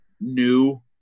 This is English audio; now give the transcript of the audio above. new